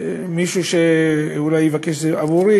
מישהו שאולי יבקש את זה עבורי,